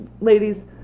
ladies